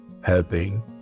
helping